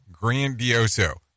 grandioso